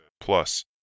Plus